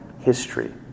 history